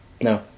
No